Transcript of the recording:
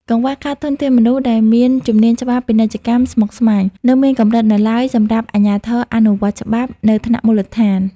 កង្វះខាតធនធានមនុស្សដែលមានជំនាញច្បាប់ពាណិជ្ជកម្មស្មុគស្មាញ នៅមានកម្រិតនៅឡើយសម្រាប់អាជ្ញាធរអនុវត្តច្បាប់នៅថ្នាក់មូលដ្ឋាន។